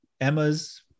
Emma's